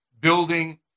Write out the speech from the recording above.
building